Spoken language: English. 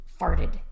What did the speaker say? farted